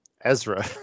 Ezra